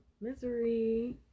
misery